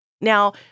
Now